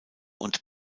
und